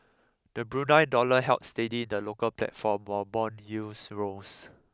the Brunei dollar held steady in the local platform while bond yields rose